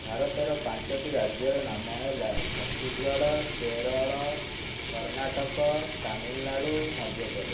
ଭାରତର ପାଞ୍ଚଟି ରାଜ୍ୟର ନାମ ହେଲା ଛତିଶଗଡ଼ କେରଳ କର୍ଣ୍ଣାଟକ ତାମିଲନାଡ଼ୁ ମଧ୍ୟପ୍ରଦେଶ